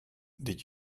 did